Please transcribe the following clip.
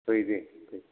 फै दे